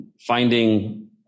finding